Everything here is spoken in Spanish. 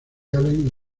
allen